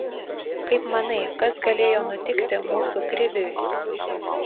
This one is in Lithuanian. kaip manai kas galėjo nutikti mūsų kriviui